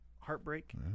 Heartbreak